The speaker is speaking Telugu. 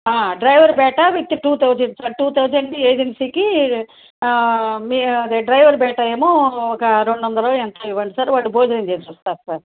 driver with two thousand two thousand ఏజెన్సీకి మీ అదే డ్రైవర్ బేటా ఏమో ఒక రెండొందలో ఎంతో ఇవ్వండీ సార్ వాళ్ళు భోజనం చేసొస్తారు సార్